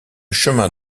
chemin